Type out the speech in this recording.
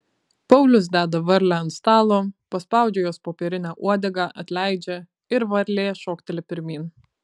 paulius deda varlę ant stalo paspaudžia jos popierinę uodegą atleidžia ir varlė šokteli pirmyn